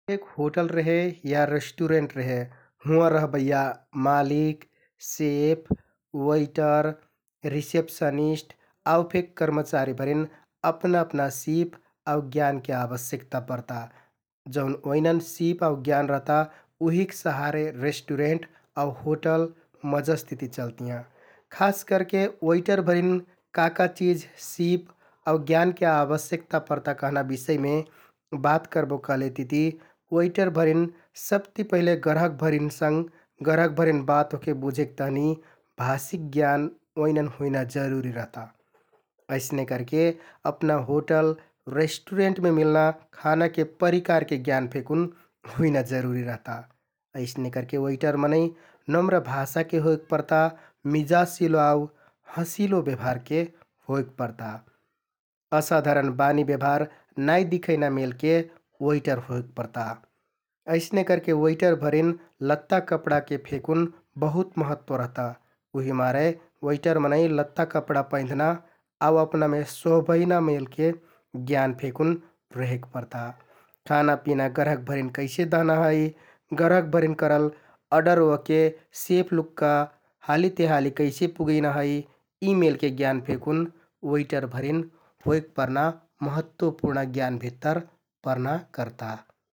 होटल रेहे या रेष्‍टुरेन्ट रेहे । हुँवाँ रहबैया मलिक, सेफ, वेटर, रिसेप्सनिष्‍ट आउ फेक कर्माचारीभरिन अपना अपना सिप आउ ज्ञानके आवश्यकता परता । जौन ओइनन सिप आउ ज्ञान रहता उहिक सहारे रेष्‍टुरेन्ट आउ होटल मजसतिति चलतियाँ । खास करके वेटरभरिन का का चिझ सिप आउ ज्ञानके आवश्यकता परता कहना बिषयमे बात करबो कहलेतिति वेटरभरिन सबति पहिले ग्राहकभरिन संघ, ग्राहकभरिन बात ओहके बुझेक तहनि भाषिक ज्ञान ओइनन हुइना जरुरि रहता । अइसने करके अपना होटल, रेष्‍टुरेन्टमे मिल्ना खानाके परिकारके ज्ञान फेकुन हुइना जरुरि रहता । अइने करके वेटर मनैं नम्र भाषाके होइक परता । मिजासिलो आउ हंसिलो ब्यवहारके होइक परता । असाधारण बानि, ब्यबहार नाइ दिखैना मेलके वेटर होइक परता । अइसने करके वेटरभरिन लत्ता कपडाके फेकुन बहुत महत्व रहता । उहिमारे वेटर मनैं लत्ता कपडा पैंध्‍ना आउ अपनामे सोहबैना मेलके ज्ञान फेकुन रेहेक परता । खानापिना ग्राहकभरिन कैसे दहना है । ग्राहकभरिन करल अर्डर ओहके सेफ लुक्का हालि ति हालि कैसे पुगैना है । यि मेलके ज्ञान फेकुन वेटरभरिन होइक परना महत्वपुर्ण ज्ञान भित्तर परना करता ।